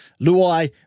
Luai